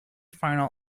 final